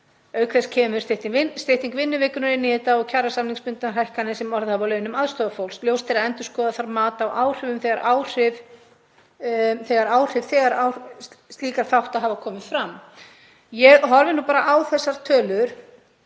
Auk þess kemur stytting vinnuvikunnar inn í þetta og kjarasamningsbundnar hækkanir sem orðið hafa á launum aðstoðarfólks. Ljóst er að endurskoða þarf mat á áhrifum þegar áhrif þegar áhrif slíkra þátta hafa komið fram.“ Ég horfi bara á þessar tölur